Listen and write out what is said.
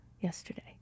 yesterday